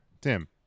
Tim